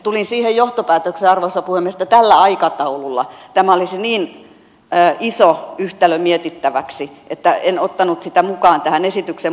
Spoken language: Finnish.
tulin siihen johtopäätökseen arvoisa puhemies että tällä aikataululla tämä olisi niin iso yhtälö mietittäväksi että en ottanut sitä mukaan tähän esitykseen